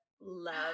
love